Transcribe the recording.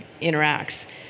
interacts